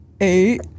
Eight